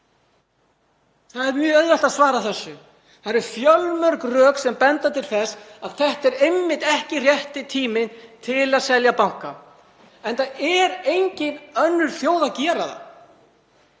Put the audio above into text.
Það er mjög auðvelt að svara þessu. Það eru fjölmörg rök sem benda til þess að þetta sé einmitt ekki rétti tíminn til að selja banka, enda er engin önnur þjóð að gera það